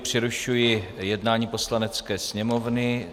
Přerušuji jednání Poslanecké sněmovny.